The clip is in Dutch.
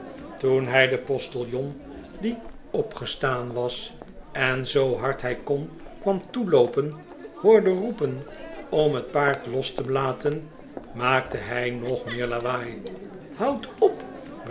toen hij den postiljon die opgestaan was en zoo hard hij kon kwam aanloopen hoorde roepen om het paard los te laten maakte hij nog meer lawaai houd op